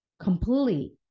completely